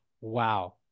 wow